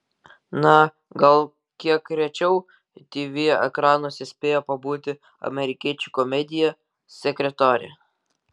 na gal kiek rečiau tv ekranuose spėjo pabūti amerikiečių komedija sekretorė